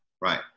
right